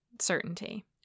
certainty